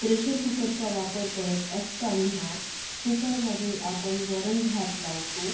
pressure कुकरचा वापर करत असताना कुकरमध्ये आपण वरणभात लावतो